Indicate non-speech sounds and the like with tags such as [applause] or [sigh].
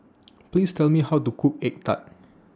Please Tell Me How to Cook Egg Tart [noise]